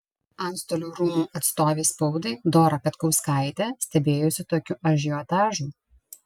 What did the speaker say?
antstolių rūmų atstovė spaudai dora petkauskaitė stebėjosi tokiu ažiotažu